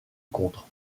contre